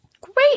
Great